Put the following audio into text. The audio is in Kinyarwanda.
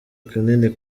kanini